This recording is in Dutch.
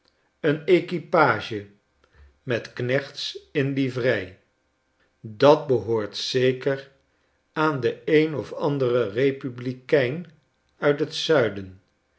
een equipage met knechts in livrei dat behoort zeker aan den een of anderen republikein uit het zuiden